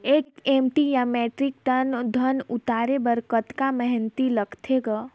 एक एम.टी या metric ton धन उतारे बर कतका मेहनती लगथे ग?